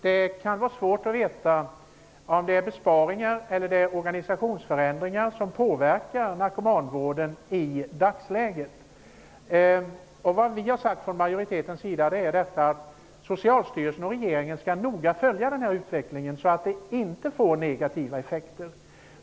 Det kan vara svårt att veta om det är besparingar eller organisationsförändringar som påverkar narkomanvården i dagsläget. Från majoritetens sida har vi sagt att Socialstyrelsen och regeringen noga skall följa utvecklingen så att den inte får negativa effekter.